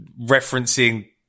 Referencing